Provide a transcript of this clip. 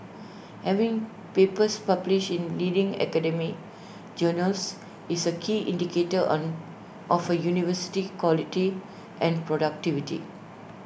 having papers published in leading academic journals is A key indicator on of A university's quality and productivity